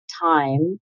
time